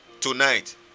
tonight